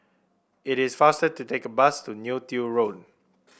it is faster to take the bus to Neo Tiew Road